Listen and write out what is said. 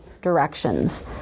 directions